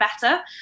better